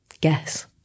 guess